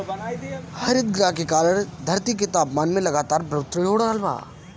हरितगृह के कारण धरती के तापमान में लगातार बढ़ोतरी हो रहल बा